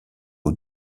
aux